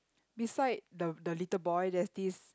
beside the the little boy there's this